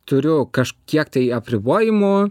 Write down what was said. turiu kažkiek tai apribojimų